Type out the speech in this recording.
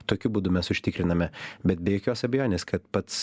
tokiu būdu mes užtikriname bet be jokios abejonės kad pats